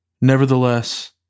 Nevertheless